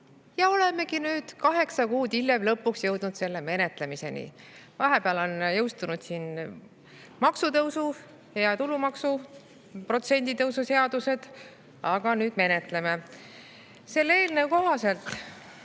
Ja olemegi nüüd kaheksa kuud hiljem lõpuks jõudnud selle menetlemiseni. Vahepeal on jõustunud maksutõusu ja tulumaksuprotsendi tõusu seadused. Aga nüüd menetleme seda. Selle eelnõu kohaselt